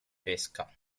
pesca